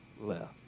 left